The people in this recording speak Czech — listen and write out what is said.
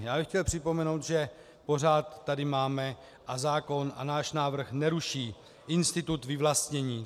Já bych chtěl připomenout, že pořád tady máme zákon a náš návrh neruší institut vyvlastnění.